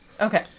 Okay